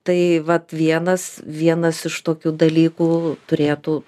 tai vat vienas vienas iš tokių dalykų turėtų